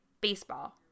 baseball